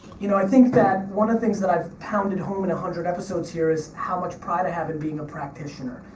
you know, i think that, one of the things that i've pounded home in a hundred episodes here is how much pride i have in being a practitioner.